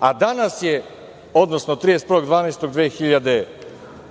a danas je, odnosno 31.12.2016.